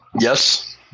Yes